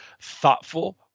thoughtful